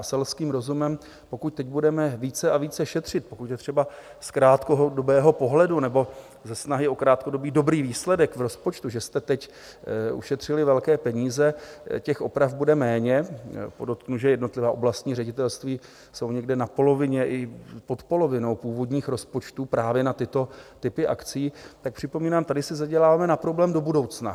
A selským rozumem, pokud teď budeme více a více šetřit, pokud je třeba z krátkodobého pohledu nebo ze snahy o krátkodobý dobrý výsledek v rozpočtu, že jste teď ušetřili velké peníze, těch oprav bude méně podotknu, že jednotlivá oblastní ředitelství jsou někde na polovině i pod polovinou původních rozpočtů právě na tyto typy akcí tak připomínám, tady si zaděláváme na problém do budoucna.